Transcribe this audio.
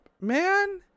man